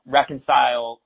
reconcile